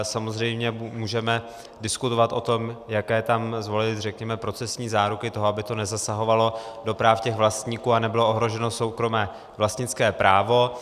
Samozřejmě můžeme diskutovat o tom, jaké tam zvolit řekněme procesní záruky toho, aby to nezasahovalo do práv vlastníků a nebylo ohroženo soukromé vlastnické právo.